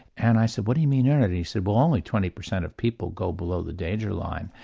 and i said what do you mean earn it? and he said well only twenty percent of people go below the danger line.